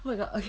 oh my god